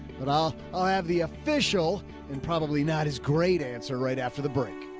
but i'll, i'll have the official and probably not as great answer right after the break.